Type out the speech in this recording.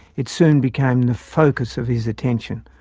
it soon became the focus of his attention.